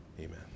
Amen